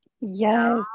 yes